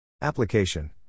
Application